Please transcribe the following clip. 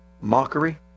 mockery